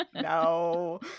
No